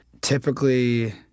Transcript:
typically